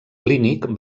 clínic